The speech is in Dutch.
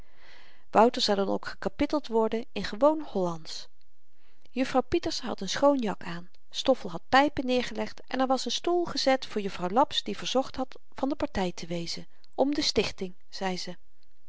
wouter zou dan ook gekapitteld worden in gewoon hollandsch juffrouw pieterse had n schoon jak aan stoffel had pypen neergelegd en er was n stoel gezet voor juffrouw laps die verzocht had van de party te wezen om de stichting zei ze